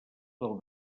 del